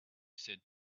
said